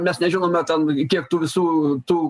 mes nežinome ten kiek tų visų tų